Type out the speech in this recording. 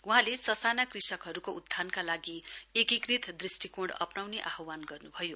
वहाँले ससाना कृषकहरूको उत्थानका लागि एकीकृत दृष्टिकोण अप्नाउने आह्रवान गर्नुभयो